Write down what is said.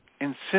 Insist